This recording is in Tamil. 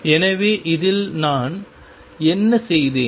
எனவே இதில் நான் என்ன செய்தேன்